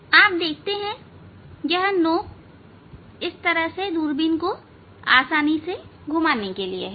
आप देखते हैं यह नॉब दूरबीन को आसानी से घुमाने के लिए है